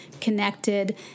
connected